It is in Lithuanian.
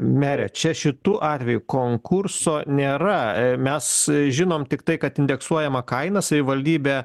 mere čia šitu atveju konkurso nėra mes žinom tiktai kad indeksuojama kaina savivaldybė